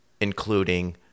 including